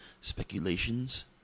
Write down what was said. speculations